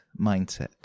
mindset